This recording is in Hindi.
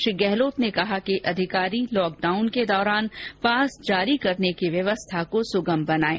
श्री गहलोत ने कहा कि अधिकारी लॉकडाउन के दौरान पास जारी करने की व्यवस्था को सुगम बनाएं